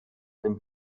dem